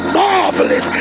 marvelous